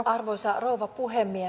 arvoisa rouva puhemies